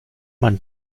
man